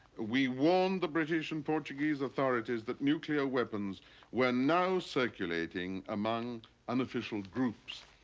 we warned the british and portuguese authorities that nuclear weapons were now circulating among unofficial groups.